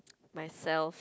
myself